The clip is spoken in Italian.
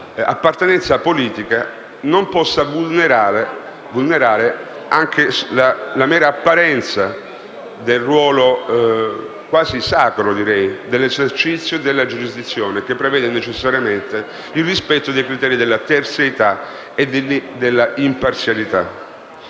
appartenenza politica non possa vulnerare anche solo la mera apparenza del ruolo - quasi sacro direi - dell'esercizio della giurisdizione, che prevede necessariamente il rispetto dei criteri della terzietà e dell'imparzialità.